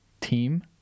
team